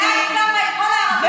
כשאת שמה את כל הערבים בתומכי הטרור,